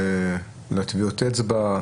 לטביעות האצבע?